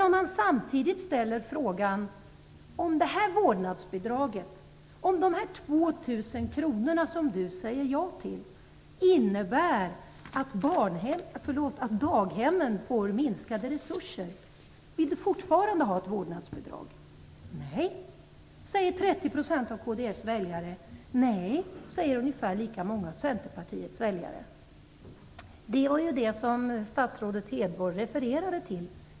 Om man samtidigt frågar föräldrarna om de fortfarande vill ha ett vårdnadsbidrag om de 2 000 kronorna innebär att daghemmen får minskade resurser säger 30 % av kds väljare nej. Ungefär lika många av Centerpartiets väljare säger nej. Det var detta som statsrådet Hedborg refererade till.